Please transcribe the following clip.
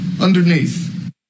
underneath